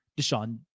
Deshaun